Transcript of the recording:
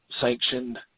sanctioned